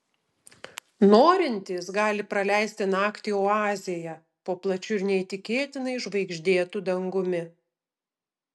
norintys gali praleisti naktį oazėje po plačiu ir neįtikėtinai žvaigždėtu dangumi